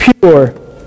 pure